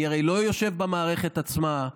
אני הרי לא יושב במערכת עצמה.